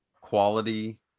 quality